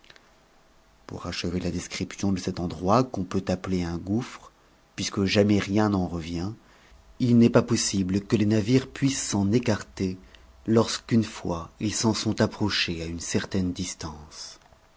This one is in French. pour achever la description de cet endroit qu'on peut appeler un gouffre puisque jamais rien n'en revient il n'est pas possible que les navires puissent s'en écarter lorsqu'une fois ils s'en sont approchés à une certaine distance